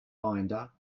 binder